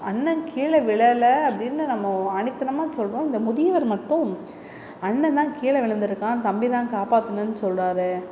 அண்ணன் கீழே விழலை அப்படினு நம்ம ஆணித்தனமாக சொல்லுவோம் இந்த முதியவர் மட்டும் அண்ணன் தான் கீழே விழுந்து இருக்கான் தம்பி தான் காப்பாற்றுனனு சொல்றார்